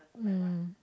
mm